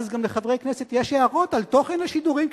ואז גם לחברי כנסת יש הערות על תוכן השידורים,